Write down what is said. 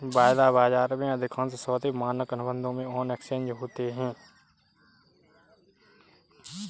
वायदा बाजार में, अधिकांश सौदे मानक अनुबंधों में ऑन एक्सचेंज होते हैं